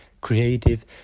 creative